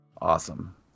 Awesome